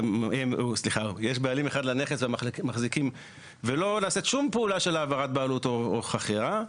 אם יש בעלים אחד לנכס ולא נעשית שום פעולה של העברת בעלות או חכירה,